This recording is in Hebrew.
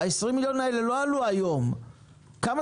20 מיליון שקל האלה לא עלו היום.